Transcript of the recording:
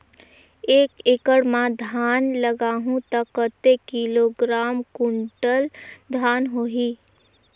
एक एकड़ मां धान लगाहु ता कतेक किलोग्राम कुंटल धान होही?